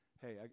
Hey